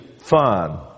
Fun